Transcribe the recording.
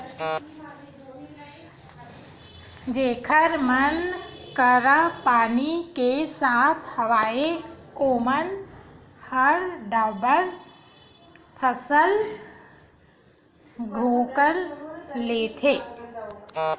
जेखर मन करा पानी के साधन हवय ओमन ह डबल फसल घलोक लेथे